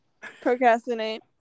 Procrastinate